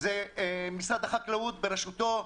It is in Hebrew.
זה משרד החקלאות בראשותו,